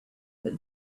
but